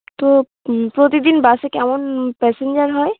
তো প্রতিদিন বাসে কেমন প্যাসেঞ্জার হয়